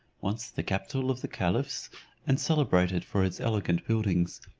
once the capital of the caliphs and celebrated for its elegant buildings,